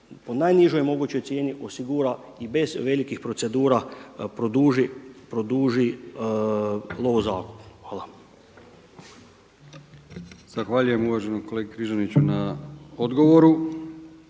po najnižoj mogućnoj cijeni osigura i bez velikih procedura produži lovozakup. Hvala.